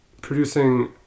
producing